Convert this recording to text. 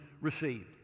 received